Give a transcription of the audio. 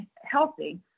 healthy